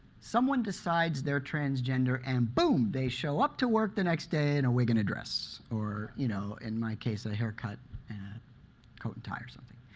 someone decides they're transgender and boom, they show up to work the next day in a wig and a dress or you know in my case a haircut and a coat and tie or something.